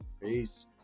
Peace